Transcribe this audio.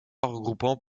regroupant